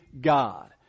God